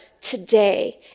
today